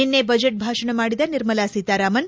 ನಿನ್ನೆ ಬಜೆಟ್ ಭಾಷಣ ಮಾಡಿದ ನಿರ್ಮಲಾ ಸೀತಾರಾಮನ್